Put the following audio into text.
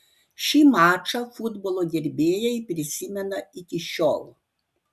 šį mačą futbolo gerbėjai prisimena iki šiol